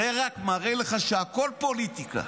זה רק מראה לך שהכול פוליטיקה.